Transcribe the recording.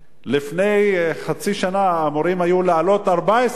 לפני חצי שנה היו אמורים מחירי החשמל לעלות ב-14%,